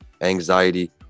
anxiety